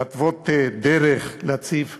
להתוות דרך ולהציב חזון.